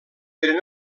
eren